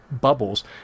bubbles